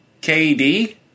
KD